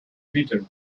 bitter